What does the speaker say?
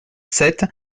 sept